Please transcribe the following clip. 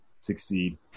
succeed